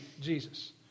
Jesus